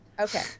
Okay